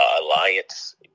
alliance